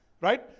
right